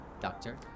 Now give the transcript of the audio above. Doctor